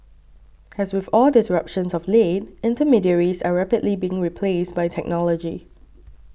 as with all disruptions of late intermediaries are rapidly being replaced by technology